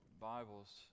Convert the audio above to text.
Bibles